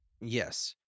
Yes